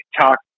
TikTok